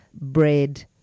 bread